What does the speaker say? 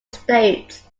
states